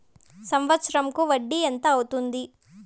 సంవత్సరం కు వడ్డీ ఎంత అవుతుంది?